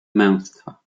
męstwa